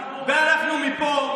אנחנו מפה,